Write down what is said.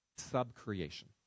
sub-creation